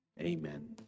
amen